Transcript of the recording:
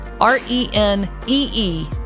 R-E-N-E-E